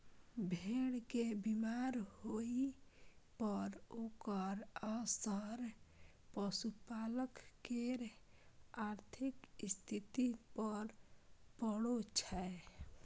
भेड़ के बीमार होइ पर ओकर असर पशुपालक केर आर्थिक स्थिति पर पड़ै छै